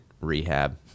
rehab